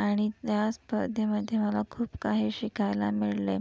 आणि त्या स्पर्धेमध्ये मला खूप काही शिकायला मिळाले